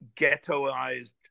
ghettoized